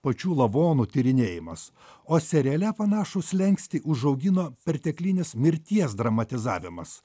pačių lavonų tyrinėjimas o seriale panašų slenkstį užaugino perteklinis mirties dramatizavimas